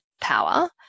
power